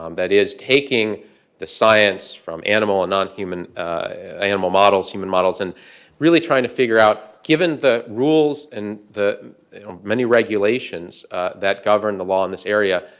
um that is, taking the science from animal and non-human animal models, human models, and really trying to figure out, given the rules and the many regulations that govern the law in this area,